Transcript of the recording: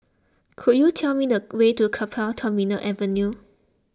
could you tell me the way to Keppel Terminal Avenue